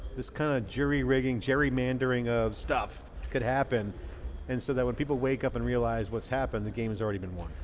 this kind of jerry rigging, gerrymandering of stuff could happen and so when people wake up and realize what's happened the game has already been won.